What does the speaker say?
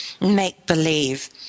make-believe